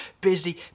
busy